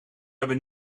hebben